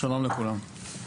שלום לכולם.